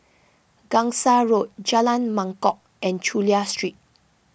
Gangsa Road Jalan Mangkok and Chulia Street